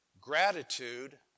gratitude